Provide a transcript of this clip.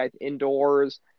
indoors